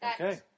Okay